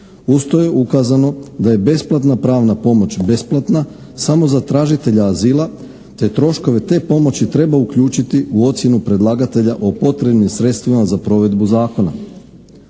Uz to je ukazano da je besplatna pravna pomoć besplatna samo za tražitelje azila te troškove te pomoći treba uključiti u ocjenu predlagatelja o potrebnim sredstvima za provedbu zakona.